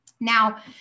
now